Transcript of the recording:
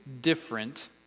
different